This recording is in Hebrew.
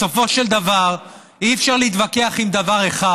בסופו של דבר אי-אפשר להתווכח על דבר אחד: